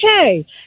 okay